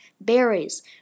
berries